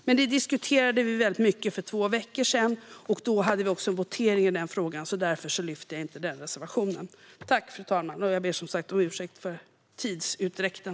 Men det diskuterade vi mycket för två veckor sedan, och då hade vi också votering i frågan. Därför lyfter jag inte upp den reservationen. Fru talman! Jag ber som sagt om ursäkt för tidsutdräkten.